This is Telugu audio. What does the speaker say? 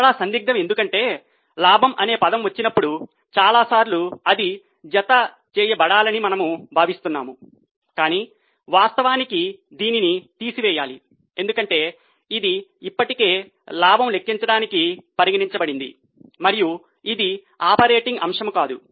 మరల సందిగ్ధం ఎందుకంటే లాభం అనే పదం వచ్చినప్పుడు చాలాసార్లు అది జతచేయబడాలని మనము భావిస్తున్నాము కాని వాస్తవానికి దీనిని తీసివేయాలి ఎందుకంటే ఇది ఇప్పటికే లాభం లెక్కించడానికి పరిగణించబడింది మరియు ఇది ఆపరేటింగ్ అంశం కాదు